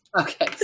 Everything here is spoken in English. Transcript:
Okay